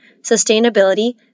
sustainability